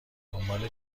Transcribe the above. دنبال